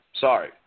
sorry